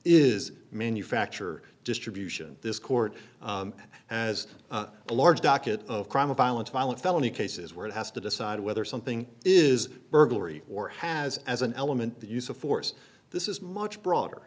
is manufacture distribution this court has a large docket of crime of violence violent felony cases where it has to decide whether something is burglary or has as an element the use of force this is much broader